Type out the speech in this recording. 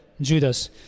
Judas